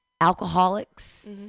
alcoholics